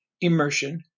immersion